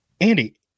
Andy